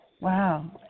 Wow